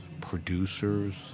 producers